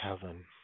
heaven